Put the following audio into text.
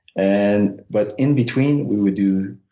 and but in between we would do